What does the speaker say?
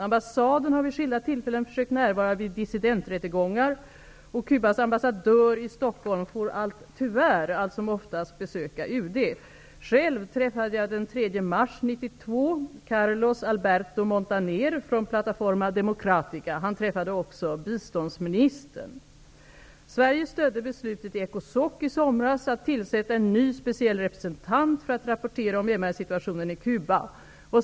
Ambassaden har vid skilda tillfällen försökt närvara vid dissidenträttegångar, och Cubas ambassadör i Stockholm får tyvärr allt som oftast besöka UD. Själv träffade jag den 3 mars 1992 Democratica. Han träffade också biståndsministern. Sverige stödde beslutet i Ecosoc i somras om att tillsätta en ny speciell representant för att rapportera om MR-situationen i Cuba.